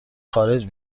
خارج